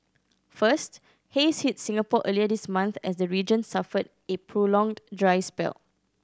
first haze hit Singapore earlier this month as the region suffered a prolonged dry spell